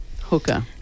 Hooker